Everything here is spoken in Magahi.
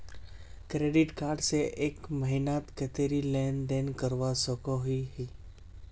क्रेडिट कार्ड से एक महीनात कतेरी लेन देन करवा सकोहो ही?